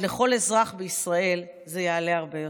בעוד לכל אזרח בישראל זה יעלה הרבה יותר?